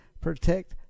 protect